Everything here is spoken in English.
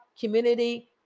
community